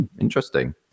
Interesting